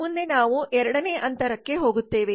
ಮುಂದೆ ನಾವು ಎರಡನೇ ಅಂತರಕ್ಕೆ ಹೋಗುತ್ತೇವೆ